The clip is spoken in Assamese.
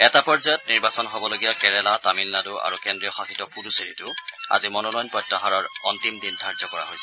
এটা পৰ্যায়ত নিৰ্বাচন হ'বলগীয়া কেৰেলা তামিলনাডু আৰু কেন্দ্ৰীয় শাসিত পুডুচেৰিতো আজি মনোনয়ন প্ৰত্যাহাৰৰ অন্তিম দিন ধাৰ্য কৰা হৈছে